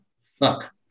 Fuck